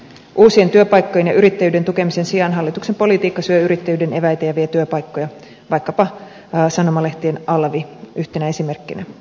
uusien työpaikkojen ja yrittäjyyden tukemisen sijaan hallituksen politiikka syö yrittäjyyden eväitä ja vie työpaikkoja vaikkapa sanomalehtien alvi yhtenä esimerkkinä